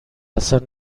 اصلا